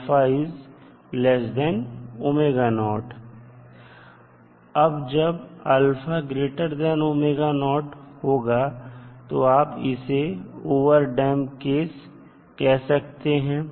अब जब होगा तो आप इसे ओवरटडैंप केस कह सकते हैं